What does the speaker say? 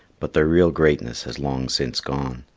but their real greatness has long since gone.